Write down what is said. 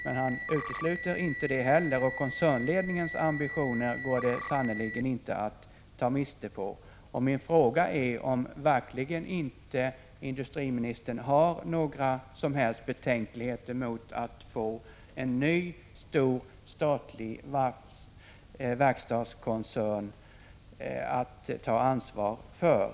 Men han utesluter det inte heller, och koncernledningens ambitioner går det sannerligen inte att ta miste på. Min fråga är om industriministern verkligen inte har några som helst betänkligheter mot att få en ny, stor statlig verkstadskoncern att ta ansvar för.